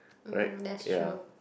mm that's true